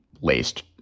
laced